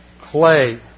clay